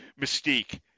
mystique